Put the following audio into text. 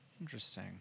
Interesting